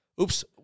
Oops